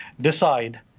decide